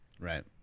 Right